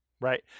right